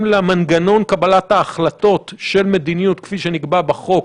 למנגנון קבלת ההחלטות של מדיניות כפי שנקבע בחוק,